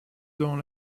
dans